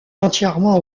entièrement